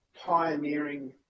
pioneering